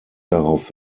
darauf